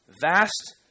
Vast